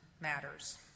matters